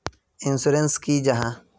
Insurance की जाहा?